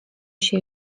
się